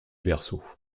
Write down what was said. berceau